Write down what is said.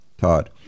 Todd